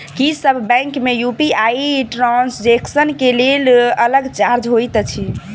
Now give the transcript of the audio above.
की सब बैंक मे UPI transaction केँ लेल अलग चार्ज होइत अछि?